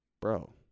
bro